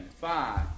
five